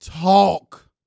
Talk